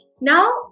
Now